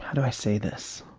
do i say this?